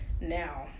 now